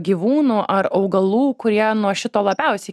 gyvūnų ar augalų kurie nuo šito labiausiai